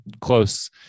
close